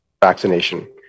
vaccination